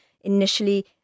initially